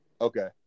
okay